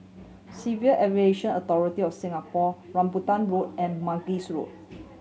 Civil Aviation Authority of Singapore Rambutan Road and Mangis Road